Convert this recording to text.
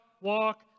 walk